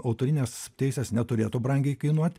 autorinės teisės neturėtų brangiai kainuot